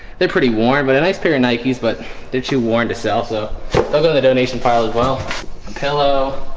they're pretty worn by but the nice pair of nikes, but did she warn to sell so i'll go the donation pile as well a pillow?